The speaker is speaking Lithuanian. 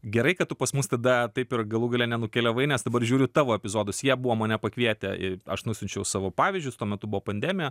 gerai kad tu pas mus tada taip ir galų gale nenukeliavai nes dabar žiūriu tavo epizodus jie buvo mane pakvietę ir aš nusiunčiau savo pavyzdžius tuo metu buvo pandemija